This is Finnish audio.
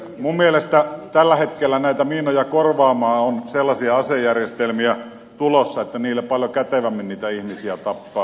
minun mielestäni tällä hetkellä näitä miinoja korvaamaan on sellaisia asejärjestelmiä tulossa että niillä paljon kätevämmin ihmisiä tappaa